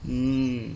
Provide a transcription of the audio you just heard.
hmm